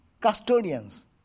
custodians